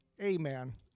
Amen